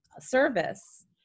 service